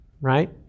Right